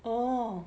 oh